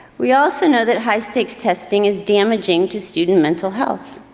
we also know that high-stakes testing is damaging to student mental health.